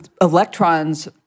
electrons